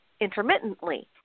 intermittently